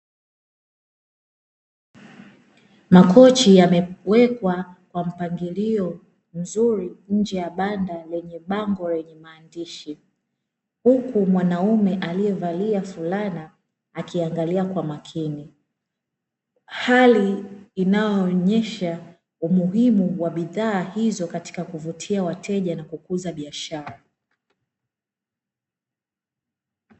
Makochi yamewekwa kwa mpangilio mzuri nje ya banda lenye bango lenye maandishi, huku mwanaume aliyevalia fulana akiangalia kwa makini. Hali inayoonyesha umuhimu wa bidhaa hizo katika kuvutia wateja na kukuza biashara.